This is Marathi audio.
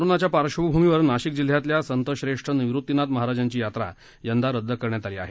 कोरोनाच्या पार्श्वभूमीवर नाशिक जिल्ह्यातल्या संतश्रेष्ठ निवृतीनाथ महाराजांची यात्रा यंदा रद्द करण्यात आली आहे